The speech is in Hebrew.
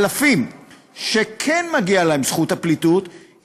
אלפים שכן מגיעה להם זכות הפליטות,